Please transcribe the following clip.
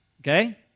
okay